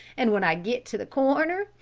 and when i get to the corner,